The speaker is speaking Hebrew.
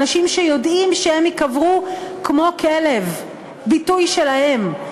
מאנשים שיודעים שהם "ייקברו כמו כלב" ביטוי שלהם,